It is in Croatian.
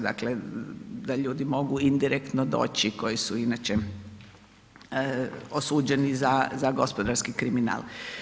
Dakle da ljudi mogu indirektno doći koji su inače osuđeni za gospodarski kriminal.